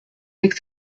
avec